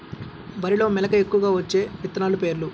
వరిలో మెలక ఎక్కువగా వచ్చే విత్తనాలు పేర్లు?